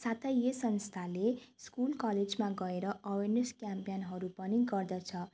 साथै यी संस्थाले स्कुल कलेजमा गएर अवेरनेस क्यामपेनहरू पनि गर्दछ